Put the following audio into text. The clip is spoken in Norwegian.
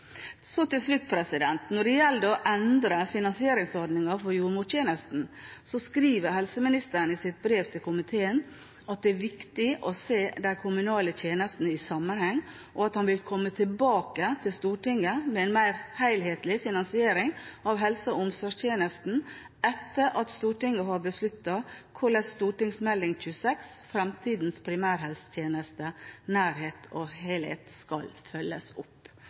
Så til slutt: Når det gjelder å endre finansieringsordningen for jordmortjenesten, skriver helseministeren i sitt brev til komiteen at det er viktig å se de kommunale tjenestene i sammenheng, og at han vil komme tilbake til Stortinget med en mer helhetlig finansiering av helse- og omsorgstjenesten etter at Stortinget har besluttet hvordan Meld. St. 26 for 2014–2015, Fremtidens primærhelsetjeneste – nærhet og helhet, skal følges opp.